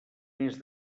més